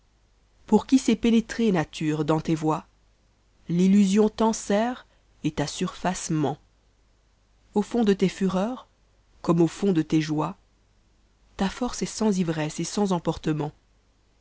pour qui sait pénétrer nature dans tes voies l'illusion t'enserre et ta surface ment au fond de tes furears comme au ibad de tes jo e ta force est sans ivresse et sans emportement